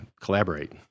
collaborate